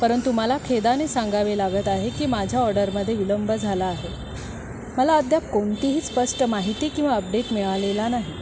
परंतु मला खेदाने सांगावे लागत आहे की माझ्या ऑर्डरमध्ये विलंब झाला आहे मला अद्याप कोणतीही स्पष्ट माहिती किंवा अपडेट मिळालेला नाही